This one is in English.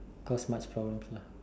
cause much problems